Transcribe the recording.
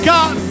God